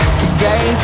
today